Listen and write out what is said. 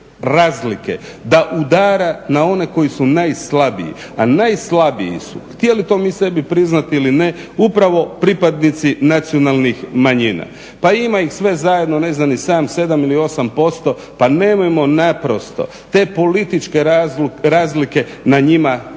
da udara na one koji su najslabiji a najslabiji su htjeli to mi sebi priznati ili ne upravo pripadnici nacionalnih manjina. Pa ima ih sve zajedno ne znam ni samo 7 ili 8% pa nemojmo naprosto te političke razlike na njima